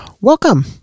Welcome